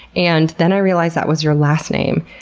and then i realized that was your last name.